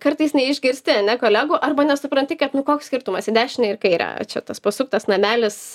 kartais neišgirsti ane kolegų arba nesupranti kad nu koks skirtumas į dešinę ar į kairę čia tas pasuktas namelis